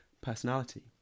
personality